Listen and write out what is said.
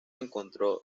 encontró